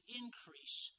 increase